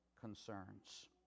concerns